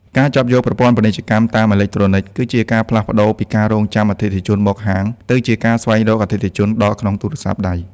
ការចាប់យក ប្រព័ន្ធពាណិជ្ជកម្មតាមអេឡិចត្រូនិក គឺជាការផ្លាស់ប្តូរពីការរង់ចាំអតិថិជនមកហាង ទៅជាការស្វែងរកអតិថិជនដល់ក្នុងទូរស័ព្ទដៃ។